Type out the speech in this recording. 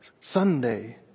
Sunday